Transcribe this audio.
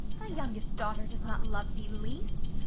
thy youngest daughter does not love thee least,